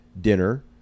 dinner